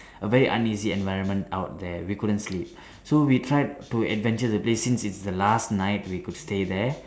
a very uneasy environment out there we couldn't sleep so we tried to adventure the place since it's the last night we could stay there